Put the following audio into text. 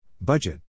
Budget